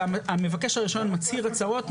שמבקש הרישיון מצהיר הצהרות,